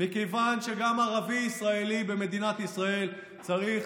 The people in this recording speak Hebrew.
מכיוון שגם ערבי-ישראלי במדינת ישראל צריך